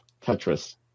tetris